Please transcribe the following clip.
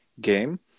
game